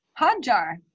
Hotjar